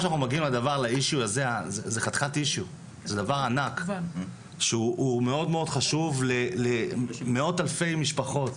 הנושא הזה הוא דבר ענק והוא מאוד מאוד חשוב למאות אלפי משפחות,